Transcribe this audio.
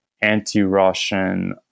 anti-Russian